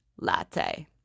latte